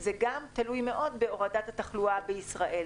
זה גם תלוי מאוד בהורדת התחלואה בישראל.